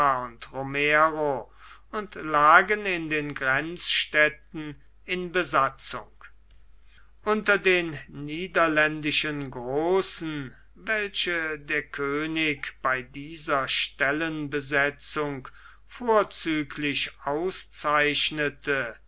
romero und lagen in den grenzstädten in besatzung unter den niederländischen großen welche der könig bei dieser stellenbesetzung vorzüglich auszeichnete